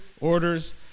orders